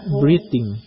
breathing